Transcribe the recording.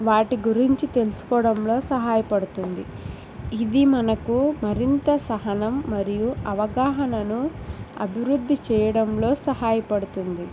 వాటి గురించి తెలుసుకోవడంలో సహాయపడుతుంది ఇది మనకు మరింత సహనం మరియు అవగాహనను అభివృద్ధి చేయడంలో సహాయపడుతుంది